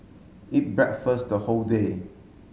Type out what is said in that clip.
eat breakfast the whole day